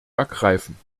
ergreifen